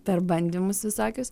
per bandymus visokius